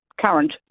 current